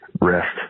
Rest